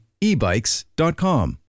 ebikes.com